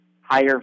higher